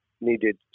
needed